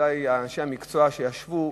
ודאי אנשי המקצוע שישבו.